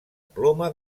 ploma